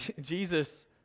Jesus